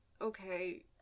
Okay